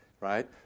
right